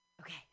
Okay